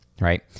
right